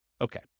Okay